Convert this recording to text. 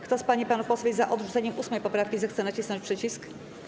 Kto z pań i panów posłów jest za odrzuceniem 8. poprawki, zechce nacisnąć przycisk.